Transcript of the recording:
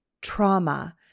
trauma